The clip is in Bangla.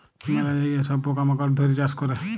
ম্যালা জায়গায় সব পকা মাকড় ধ্যরে চাষ ক্যরে